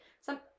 Some-